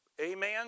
Amen